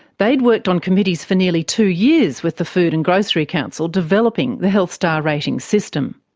they had worked on committees for nearly two years with the food and grocery council, developing the health star ratings system.